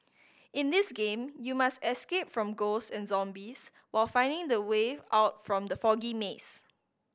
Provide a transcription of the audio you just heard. in this game you must escape from ghost and zombies while finding the way out from the foggy maze